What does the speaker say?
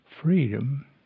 freedom